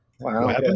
Wow